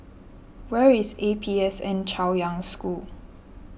where is A P S N Chaoyang School